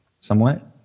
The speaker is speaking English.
somewhat